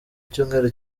icyumweru